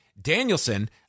Danielson